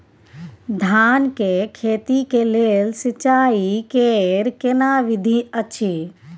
धान के खेती के लेल सिंचाई कैर केना विधी अछि?